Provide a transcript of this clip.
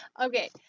okay